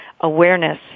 awareness